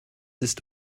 ist